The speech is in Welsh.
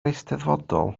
eisteddfodol